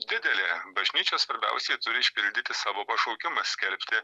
didelė bažnyčia svarbiausia turi išpildyti savo pašaukimą skelbti